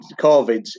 COVID